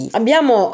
abbiamo